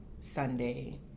Sunday